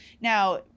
now